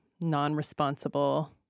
non-responsible